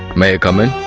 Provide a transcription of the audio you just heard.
may i come in?